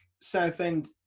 Southend